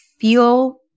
feel